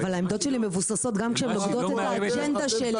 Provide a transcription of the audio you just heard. אבל העמדות שלי מבוססות גם כשהן נוגדות את האג'נדה שלי.